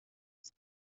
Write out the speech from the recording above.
است